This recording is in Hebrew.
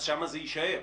אז שם זה יישאר,